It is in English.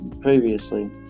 previously